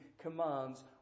commands